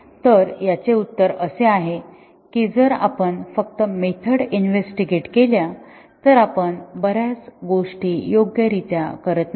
तर याचे उत्तर असे आहे की जर आपण फक्त मेथड इन्व्हेस्टीगेट केल्या तर आपण बर्याच गोष्टी योग्यरित्या करत नाही